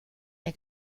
der